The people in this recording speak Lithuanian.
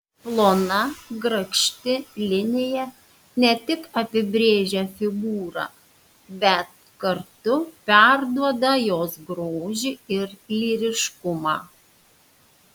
plona grakšti linija ne tik apibrėžia figūrą bet kartu perduoda jos grožį ir lyriškumą